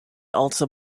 also